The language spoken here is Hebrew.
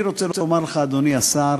אני רוצה לומר לך, אדוני השר,